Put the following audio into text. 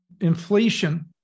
inflation